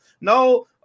No